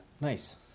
Nice